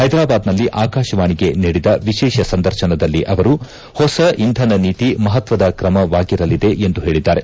ಹೈದರಾಬಾದ್ನಲ್ಲಿ ಆಕಾಶವಾಣಿಗೆ ನೀಡಿದ ವಿಶೇಷ ಸಂದರ್ಶನದಲ್ಲಿ ಅವರು ಹೊಸ ಇಂಧನ ನೀತಿ ಮಹತ್ವದ ಕ್ರಮವಾಗಿರಲಿದೆ ಎಂದು ಹೇಳಿದ್ದಾರೆ